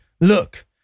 look